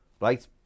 Right